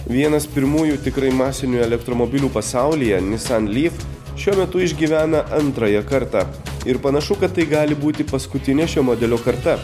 vienas pirmųjų tikrai masinių elektromobilių pasaulyje nissan lyv šiuo metu išgyvena antrąją kartą ir panašu kad tai gali būti paskutinė šio modelio karta